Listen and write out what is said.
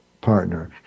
partner